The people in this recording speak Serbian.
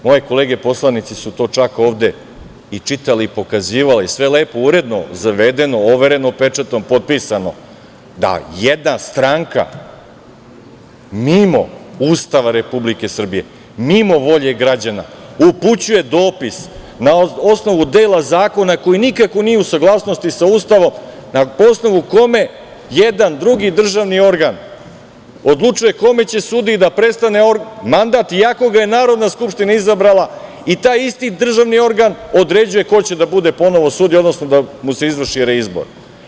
Moje kolege poslanici su čak to ovde i čitali i pokazivali, sve lepo, uredno, zavedeno, overeno pečatom, potpisano, da jedna stranka mimo Ustava Republike Srbije, mimo volje građana upućuje dopis na osnovu dela zakona koji nikako nije u saglasnosti sa Ustavom, na osnovu koga jedan drugi državni organ odlučuje kojem će sudiji da prestane mandat, iako ga je Narodna skupština izabrala, i taj isti državni organ određuje ko će da bude ponovo sudija, odnosno da mu se izvrši reizbor.